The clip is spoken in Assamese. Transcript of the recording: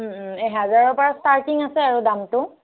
ও ও এহেজাৰৰ পৰা ষ্টাৰ্টিং আছে আৰু দামটো